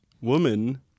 woman